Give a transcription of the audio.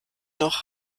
noch